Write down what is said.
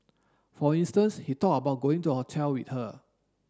for instance he talked about going to a hotel with her